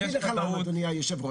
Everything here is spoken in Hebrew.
אני אגיד לך למה אדוני היושב-ראש,